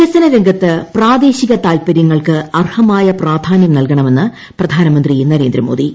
വികസന രംഗത്ത് പ്രാദേശിക താൽപര്യങ്ങൾക്ക് അർഹമായ പ്രാധാനൃം നൽകണമെന്ന് പ്രധാനമന്ത്രി നരേന്ദ്രമോദി